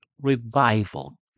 revival